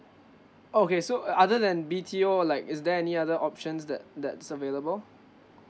okay so uh other than B_T_O or like is there any other options that that's available